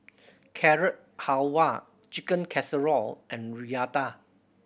Carrot Halwa Chicken Casserole and Raita